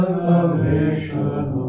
salvation